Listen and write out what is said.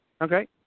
Okay